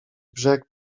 brzeg